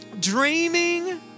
dreaming